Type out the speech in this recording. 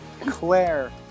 Claire